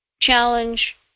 challenge